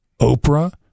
Oprah